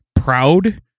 proud